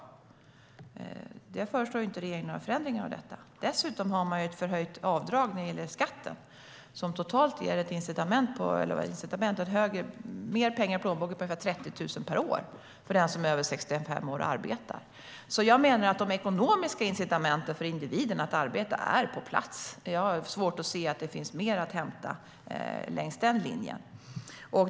Regeringen föreslår inte några förändringar av detta. Dessutom har de ett förhöjt avdrag när det gäller skatten. Detta ger ca 30 000 kronor per år mer i plånboken för den som är över 65 år och arbetar. Jag menar därför att de ekonomiska incitamenten för individen att arbeta är på plats. Jag har svårt att se att det finns mer att hämta längs den linjen.